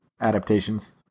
adaptations